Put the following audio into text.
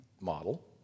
model